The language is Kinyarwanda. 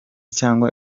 cyangwa